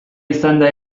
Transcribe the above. izanda